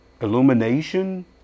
illumination